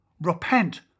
Repent